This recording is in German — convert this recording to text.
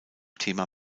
thema